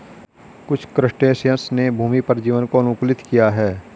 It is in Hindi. कुछ क्रस्टेशियंस ने भूमि पर जीवन को अनुकूलित किया है